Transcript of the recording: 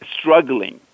struggling